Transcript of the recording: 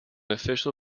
official